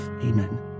Amen